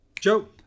Joe